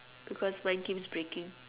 because mine keeps breaking